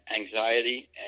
anxiety